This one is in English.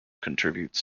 contributes